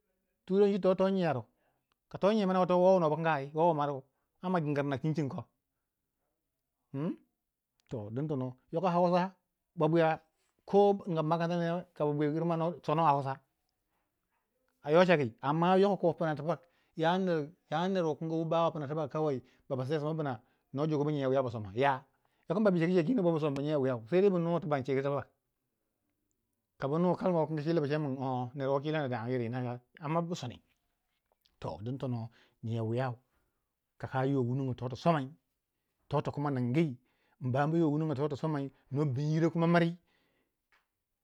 turanci to to nyiyau du kato nyiya wana mer wo wu nobu kanga ai wo womo du ana ma gingirna cincin ko toh din tono hausa, babwiya ko babwiya girbu ne ka arr makaranta sono hausa ayocaki amma yoko ya ner wu bawo pna tibak ba sinsei sma bna no jukubu nyiya wiya ba soma ya, yoko mbabu bu cegu ce kino bo b sombu nyiya wiyau seko bu nuwai tibak incegu tibak, kabunu kalma dikangi bu cekin won ner wuna tina tu dagangi amma bu soni don tono nyiya wiyau kakayiwa wunongo toti somai, toti soma ningi, mba yiwa toti soma ningyi no ninyiro kuma. mri